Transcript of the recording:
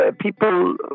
people